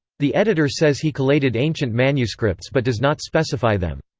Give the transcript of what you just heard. the editor says he collated ancient manuscripts but does not specify them.